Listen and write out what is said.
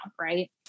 Right